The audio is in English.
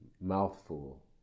mouthful